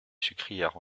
sucrière